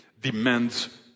demands